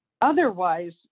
Otherwise